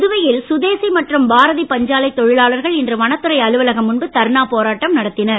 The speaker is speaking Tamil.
புதுவையில் சுதேசி மற்றும் பாரதி பஞ்சாலைத் தொழிலாளர்கள் இன்று வனத்துறை அலுவலகம் முன்பு தர்ணா போராட்டம் நடத்தினர்